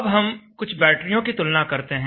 अब हम कुछ बैटरियों की तुलना करते हैं